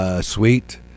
sweet